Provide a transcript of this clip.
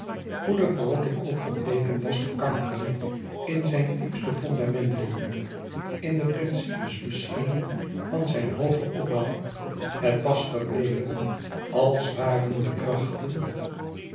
hoe de verrotting ook gebleken was te kankeren in zijn diepste fondamenten in de principes misschien van zijn hoogen opbouw het was gebleven als waren de krachten